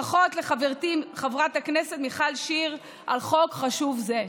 ברכות לחברתי חברת הכנסת מיכל שיר על חוק חשוב זה.